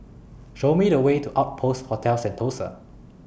Show Me The Way to Outpost Hotel Sentosa